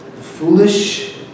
Foolish